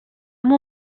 amb